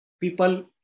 People